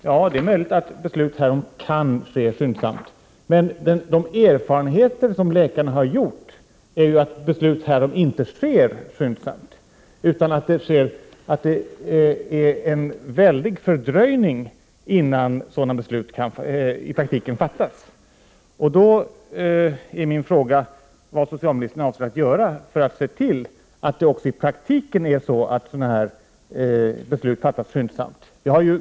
Ja, det är möjligt att beslut härom kan ske skyndsamt, men de erfarenheter som läkarna har gjort är att beslut härom inte sker skyndsamt, utan att det är en lång fördröjning innan sådana beslut fattas i praktiken. Då är min fråga vad socialministern avser att göra för att se till att sådana här beslut fattas skyndsamt också i praktiken.